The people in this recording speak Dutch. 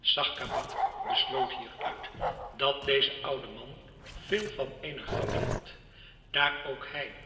schacabac besloot hieruit dat deze oude man veel van eene grap hield daar ook hij